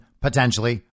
Potentially